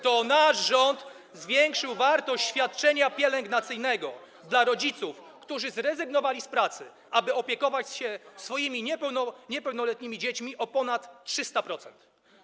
To nasz rząd zwiększył wartość świadczenia pielęgnacyjnego dla rodziców, którzy zrezygnowali z pracy, aby opiekować się swoimi niepełnoletnimi dziećmi, o ponad 300%.